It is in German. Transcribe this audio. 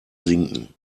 sinken